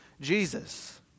Jesus